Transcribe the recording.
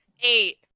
Eight